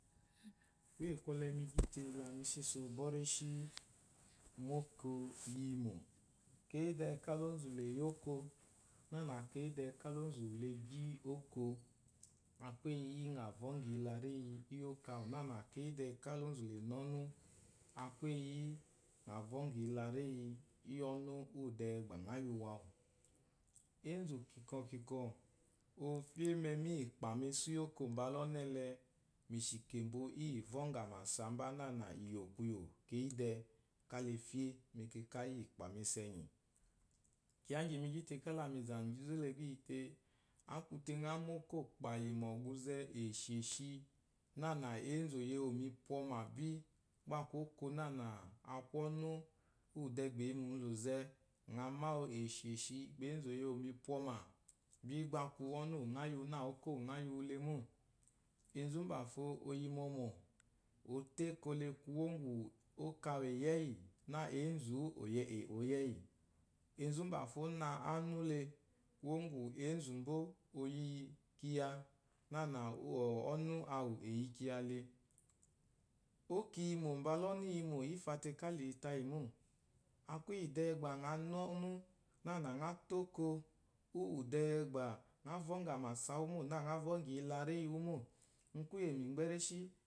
Kwúyè kwɔlɛ mi gyi te la mi só ìsso bɔ́ réshí mu óko iyimò. Keyí dɛɛ káa la ónzù la è yi óko, nânà keyí dɛɛ káa la ónzù la e gyí óko, a kwu éyi yí ŋà vɔ́ŋgɔ̀ ìyelaréyi íyì óko àwù nânà keyí dɛɛ káa la ònzù la è na ɔ́nú, a kwu eyi yí ŋà vɔ́ŋgɔ̀ ìyelaréyi íyì ɔ́nú úwù dɛɛ gbà ŋǎ yi wu àwù. Eénzù kìkɔ̀ kìkɔ̀ o fyé mɛmí íyì ikpà mesù íyì óko mbala ɔ́nú ɛlɛ mìshìkèmbo íyì ìvɔ́ŋgɔ̀ àmàsa mbá nânà yò kwuyò keyí dɛɛ káa la é fyé mɛkɛkà íyì ìkpà mesù ɛnyì. Kyiya íŋgyì mi gyí te kála mì zà ŋgyi nzú le gbá i yi tee, a kwu te ŋá má ókôkpàyì mɔgwuzɛ, è shèshi, nânà eénzù o ye wú ò mipwɔmà bí, gbá a kwu óko nânà a kwu ɔ́nú úwù dɛɛ gbà è yi mu lùzɛ gbà eénzú o ye wú ò mipwɔma bí gbá a kwu ɔ́nú úwù ŋǎ yi wu nâ óko úwù ŋǎ yi wu le mô. Enzu úmbàfo o yi mɔmɔ̀, o tó éko le kwuwó ŋgwù, nâ ênzù wú ò yɛ e o yi ɛ́yì. Enzu úmbàfo ó na ánú le kwuwó ŋgwù énzù mbó o yi kyiya nânà úwɔ̀ ɔ́nú awù è yi kyiya le. Óko iyimò mbala ɔ́nú i yimò, í fa te la i yi tayì mô. A kwu íyì dɛɛ gbà ŋa na ɔ́nú nânà ŋá tó óko úwù dɛɛ gbà ŋá vɔ́ŋgɔ̀ àmàsa wú mô, nâ ŋá vɔ́ŋgɔ̀ iyilaréyi wú mô, mu kwúyè mìmgbɛ́ réshí